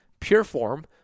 Pureform